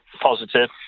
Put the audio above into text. positive